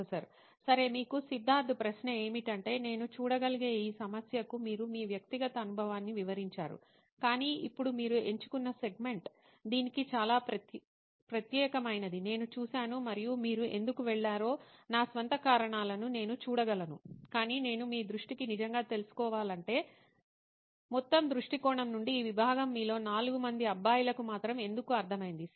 professor సరే మీకు సిద్ధార్థ్ ప్రశ్న ఏమిటంటే నేను చూడగలిగే ఈ సమస్యకు మీరు మీ వ్యక్తిగత అనుభవాన్ని వివరించారు కానీ ఇప్పుడు మీరు ఎంచుకున్న సెగ్మెంట్ దీనికి చాలా ప్రత్యేకమైనదని నేను చూశాను మరియు మీరు ఎందుకు వెళ్ళారో నా స్వంత కారణాలను నేను చూడగలను కాని నేను మీ దృష్టికి నిజంగా తెలుసుకోవాలంటే మొత్తం దృష్టి కోణం నుండి ఈ విభాగం మీలో 4 మంది అబ్బాయిలకు మాత్రం ఎందుకు అర్థమైంది